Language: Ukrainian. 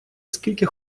скільки